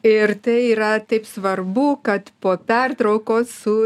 ir tai yra taip svarbu kad po pertraukos su